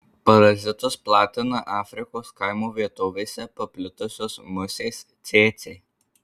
parazitus platina afrikos kaimo vietovėse paplitusios musės cėcė